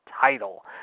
title